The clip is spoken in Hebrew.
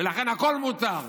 ולכן הכול מותר.